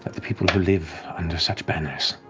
the people who live under such banners,